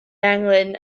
englyn